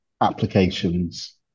applications